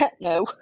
No